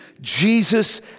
Jesus